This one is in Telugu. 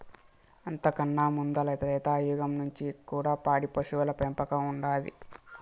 అంతకన్నా ముందల త్రేతాయుగంల నుంచి కూడా పాడి పశువుల పెంపకం ఉండాది